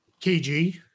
kg